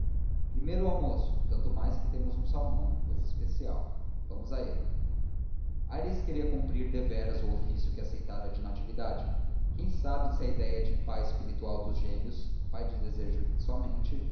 primeiro o almoço tanto mais que temos um salmão cousa especial vamos a ele aires queria cumprir deveras o ofício que aceitara de natividade quem sabe se a ideia de pai espiritual dos gêmeos pai de desejo somente